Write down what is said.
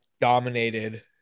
dominated